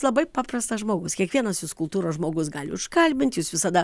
labai paprastas žmogus kiekvienas jus kultūros žmogus gali užkalbinti jūs visada